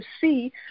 see